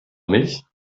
mich